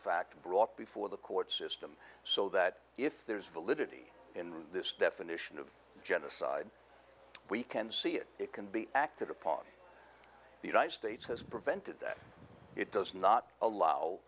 fact brought before the court system so that if there's validity in this definition of genocide we can see it it can be acted upon the united states has prevented that it does not allow